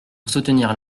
soutenir